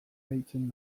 deitzen